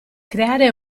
creare